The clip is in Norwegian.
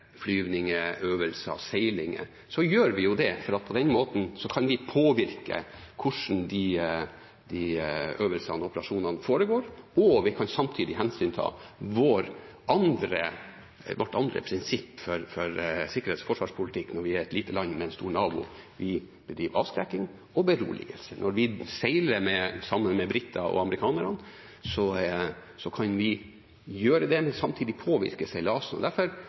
øvelser og seilinger, gjør vi det fordi vi på den måten kan påvirke hvordan de øvelsene og operasjonene foregår, og vi kan samtidig hensynta vårt andre prinsipp for sikkerhets- og forsvarspolitikk når vi er et lite land med en stor nabo; vi driver avskrekking og beroligelse. Når vi seiler sammen med briter og amerikanerne, kan vi gjøre det, men samtidig påvirke seilasen. Derfor er